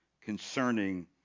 concerning